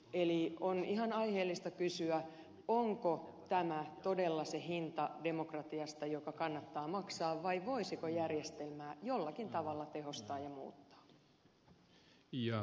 eli on ihan aiheellista kysyä onko tämä todella demokratiasta se hinta joka kannattaa maksaa vai voisiko järjestelmää jollakin tavalla tehostaa ja muuttaa